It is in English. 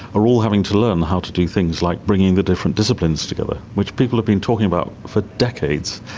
are all having to learn how to do things like bringing the different disciplines together, which people have been talking about for decades,